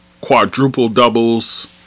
quadruple-doubles